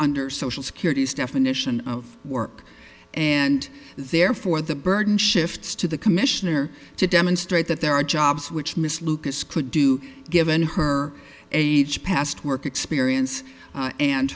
under social security's definition of work and therefore the burden shifts to the commissioner to demonstrate that there are jobs which miss lucas could do given her age past work experience